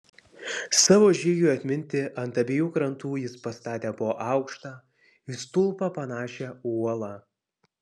savo žygiui atminti ant abiejų krantų jis pastatė po aukštą į stulpą panašią uolą